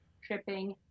shipping